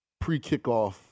pre-kickoff